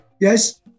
Yes